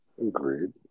Agreed